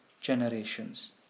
generations